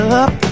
up